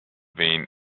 been